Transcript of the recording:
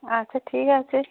আচ্ছা ঠিক আছে